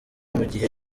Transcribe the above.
mugihe